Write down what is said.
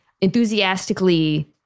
enthusiastically